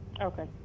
okay